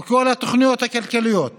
עם הכנת הסתייגויות